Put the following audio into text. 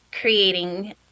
creating